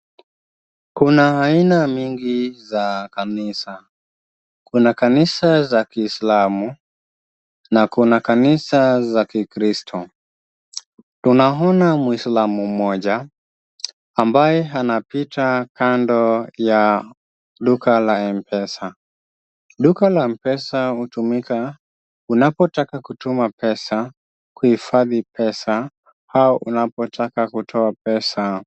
Kuna aina mingi za kanisa, kuna kanisa za kiislamu, na kuna kanisa za kikristo. Tunaona muislamu moja ambaye anapita kando ya duka la Mpesa. Duka la Mpesa hutumika unapotaka kutuma pesa, kuhifadhi pesa, au unapotaka kutoa pesa.